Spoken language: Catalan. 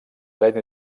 dret